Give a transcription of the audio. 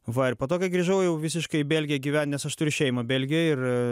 va ir po to kai grįžau jau visiškai į belgiją gyvent nes aš turiu šeimą belgijoj ir